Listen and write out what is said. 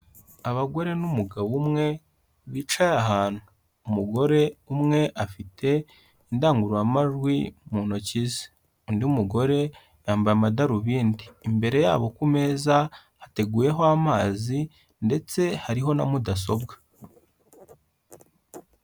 Abagore n'umugabo umwe bicaye ahantu, umugore umwe afite indangururamajwi mu ntoki ze, undi mugore yambaye amadarubindi, imbere yabo ku meza hateguweho amazi ndetse hariho na mudasobwa.